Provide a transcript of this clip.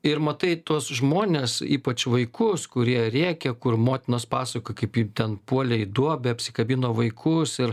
ir matai tuos žmones ypač vaikus kurie rėkia kur motinos pasako kai kaip ten puolė į duobę apsikabino vaikus ir